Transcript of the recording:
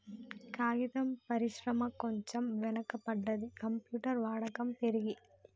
కాగితం పరిశ్రమ కొంచెం వెనక పడ్డది, కంప్యూటర్ వాడకం పెరిగి